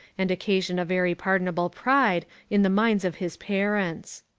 and occasion a very pardonable pride in the minds of his parents.